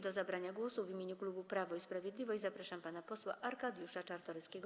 Do zabrania głosu w imieniu klubu Prawo i Sprawiedliwość zapraszam pana posła Arkadiusza Czartoryskiego.